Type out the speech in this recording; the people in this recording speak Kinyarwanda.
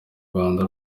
rwanda